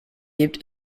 lebt